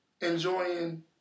Enjoying